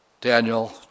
Daniel